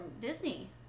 disney